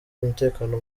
umutekano